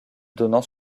donnant